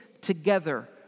together